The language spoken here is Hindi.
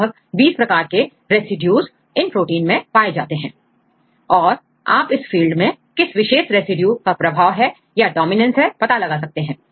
लगभग 20 प्रकार के रेसिड्यूज इन प्रोटींस में पाए जाते हैं और आप इस फील्ड में किस विशेष रेसिड्यू का प्रभाव है या डोमिनेंस है पता कर सकते हैं